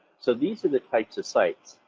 so these are the types of sites.